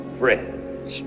friends